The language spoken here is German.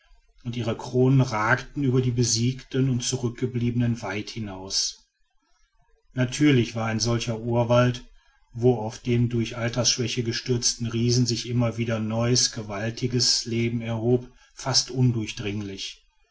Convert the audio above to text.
und ihre kronen ragten über die besiegten und zurückgebliebenen weit hinaus natürlich war ein solcher urwald wo auf den durch altersschwäche gestürzten riesen sich immer wieder neues gewaltiges leben erhob fast undurchdringlich